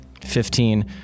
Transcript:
Fifteen